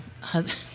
husband